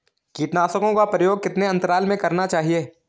कीटनाशकों का प्रयोग कितने अंतराल में करना चाहिए?